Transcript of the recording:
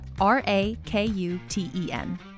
R-A-K-U-T-E-N